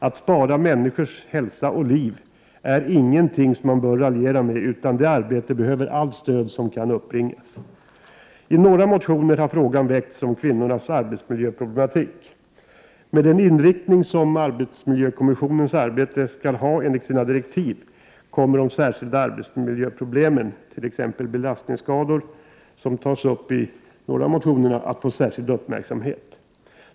Att spara människors hälsa och liv är ingenting som man bör raljera med, utan det arbetet behöver allt stöd som kan uppbringas. I några motioner har frågan väckts om kvinnornas arbetsmiljöproblematik. Med den inriktning som arbetsmiljökommissionens arbete skall ha enligt sina direktiv kommer de särskilda arbetsmiljöproblemen, t.ex. belastningsskador som tas upp i några av motionerna, att få särskild uppmärksamhet.